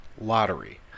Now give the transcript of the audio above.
lottery